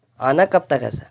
آنا کب تک ہے سر